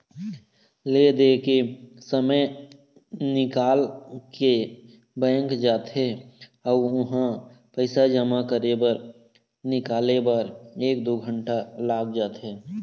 ले दे के समे निकाल के बैंक जाथे अउ उहां पइसा जमा करे बर निकाले बर एक दू घंटा लाग जाथे